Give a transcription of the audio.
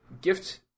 gift